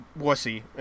wussy